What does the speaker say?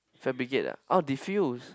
fabricate ah diffuse